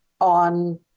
on